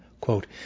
quote